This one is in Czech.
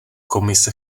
komise